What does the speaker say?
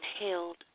inhaled